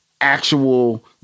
actual